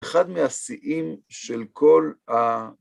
אחד מהשאים של כל ה...